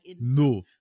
no